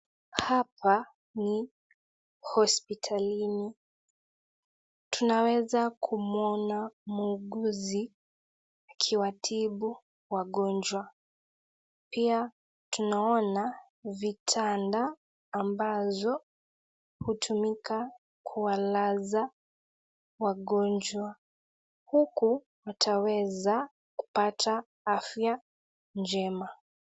Hapa ni hospitalini tunaweza kumuona muuguzi akiwatibu wagonjwa ,pia tunaona vitanda ambazo hutumika kuwalaza wagonjwa. Huku utaweza kupata afya njema.